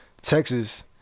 texas